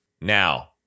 now